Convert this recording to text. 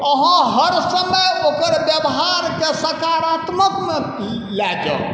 अहाँ हर समय ओकर बेवहारके सकारात्मकमे लऽ जाउ